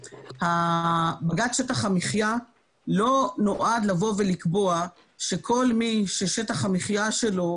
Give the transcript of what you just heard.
בג"ץ שטח המחיה לא נועד לבוא ולקבוע שכל מי ששטח המחיה שלו,